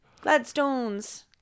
Gladstones